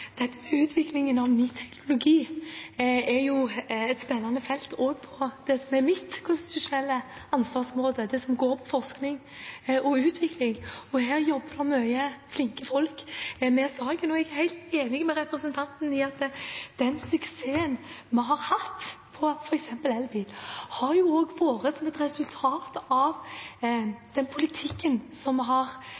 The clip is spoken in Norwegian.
Utviklingen av ny teknologi er et spennende felt også på det som er mitt konstitusjonelle ansvarsområde, det som går på forskning og utvikling. Her jobber mange flinke folk med saken. Jeg er helt enig med representanten i at den suksessen vi har hatt med f.eks. elbil, har vært et resultat av